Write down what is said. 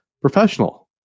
Professional